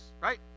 right